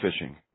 fishing